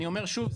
אני אומר שוב,